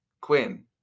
Quinn